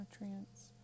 nutrients